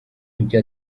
ibyo